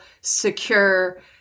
secure